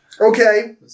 okay